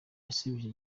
yasubije